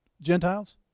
Gentiles